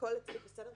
שהכול אצלי בסדר,